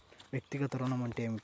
వ్యక్తిగత ఋణం అంటే ఏమిటి?